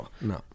No